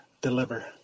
Deliver